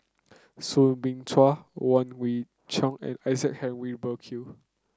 Soo Bin Chua Wong Kwei Cheong and Isaac Henry Burkill